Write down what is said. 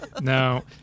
no